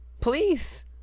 please